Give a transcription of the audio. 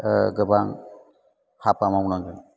गोबां हाबा मावनांगोन